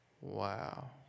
Wow